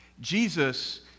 Jesus